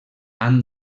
han